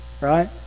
right